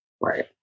right